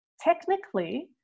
technically